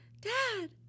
dad